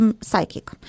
psychic